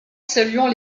saluant